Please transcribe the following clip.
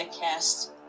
cast